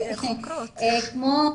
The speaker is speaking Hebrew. כמו,